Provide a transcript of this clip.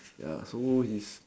ya so he's